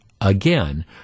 again